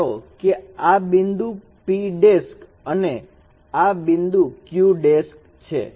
ધારો કે આ બિંદુ p અને આ બિંદુ q છે